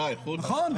נכון.